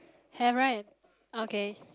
have right okay